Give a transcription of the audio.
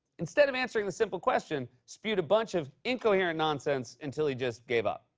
instead of answering the simple question, spewed a bunch of incoherent nonsense until he just gave up.